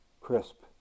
crisp